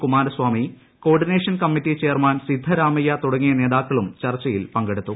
Kumaraswamy coordination committee chairman Siddaramaiah തുടങ്ങിയ നേതാക്കളും ചർച്ചയിൽ പങ്കെടുത്തു